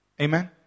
Amen